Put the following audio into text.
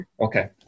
Okay